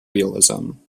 realism